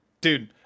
Dude